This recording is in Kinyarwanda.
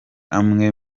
amwe